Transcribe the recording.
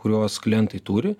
kurios klientai turi